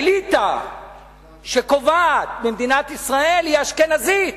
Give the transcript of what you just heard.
האליטה שקובעת במדינת ישראל היא אשכנזית.